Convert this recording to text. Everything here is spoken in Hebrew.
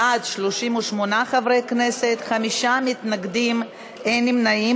בעד, 38 חברי כנסת, חמישה מתנגדים, אין נמנעים.